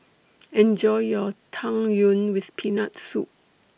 Enjoy your Tang Yuen with Peanut Soup